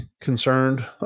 concerned